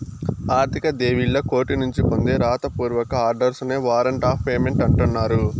ఆర్థిక లావాదేవీల్లి కోర్టునుంచి పొందే రాత పూర్వక ఆర్డర్స్ నే వారంట్ ఆఫ్ పేమెంట్ అంటన్నారు